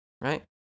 right